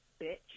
bitch